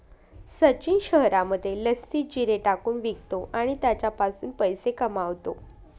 सचिन शहरामध्ये लस्सीत जिरे टाकून विकतो आणि त्याच्यापासून पैसे कमावतो